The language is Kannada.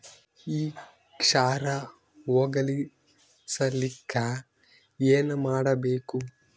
ಈ ಕ್ಷಾರ ಹೋಗಸಲಿಕ್ಕ ಏನ ಮಾಡಬೇಕು?